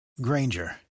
granger